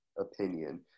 opinion